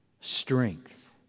strength